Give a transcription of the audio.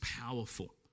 powerful